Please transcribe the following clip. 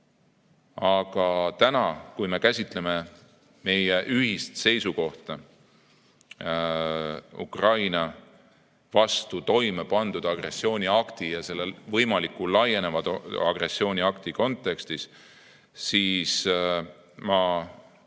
Aga täna me käsitleme meie ühist seisukohta Ukraina vastu toime pandud agressiooniakti, selle võimalik, et laieneva agressiooniakti kontekstis.